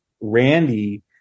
Randy